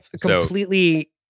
completely